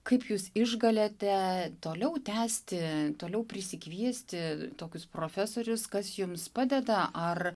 kaip jūs išgalite toliau tęsti toliau prisikviesti tokius profesorius kas jums padeda ar